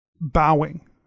bowing